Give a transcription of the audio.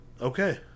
Okay